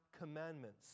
commandments